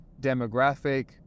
demographic